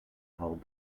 hold